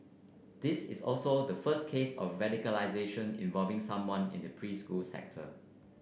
this is also the first case of radicalisation involving someone in the preschool sector